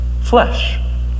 flesh